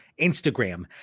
Instagram